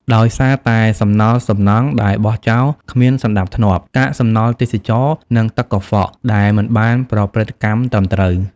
ដោយសារតែ សំណល់សំណង់ ដែលបោះចោលគ្មានសណ្ដាប់ធ្នាប់ កាកសំណល់ទេសចរណ៍ និង ទឹកកខ្វក់ ដែលមិនបានប្រព្រឹត្តកម្មត្រឹមត្រូវ។